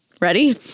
Ready